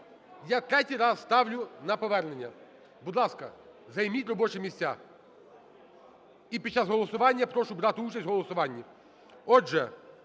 в третій раз ставлю на повернення. Будь ласка, займіть робочі місця. І під час голосування прошу брати участь в голосуванні.